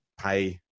pay